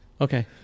Okay